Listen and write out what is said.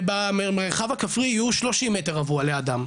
ובמרחב הכפרי יהיו 30 מטר רבוע לאדם.